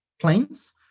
planes